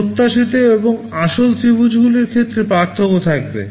প্রত্যাশিত এবং আসল ত্রিভুজগুলির ক্ষেত্রে পার্থক্য থাকবে